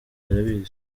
arabizi